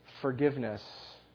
forgiveness